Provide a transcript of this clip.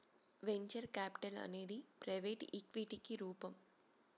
venture capital అనేది private ఈక్విటికి రూపం